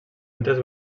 altres